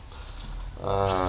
uh